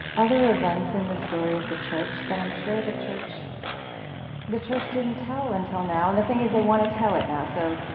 other events in the story of the church that i'm sure the church the church didn't tell until now and the thing is, they want to tell it now, so